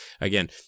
again